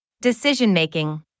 Decision-making